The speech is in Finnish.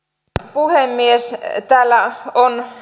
puhemies täällä on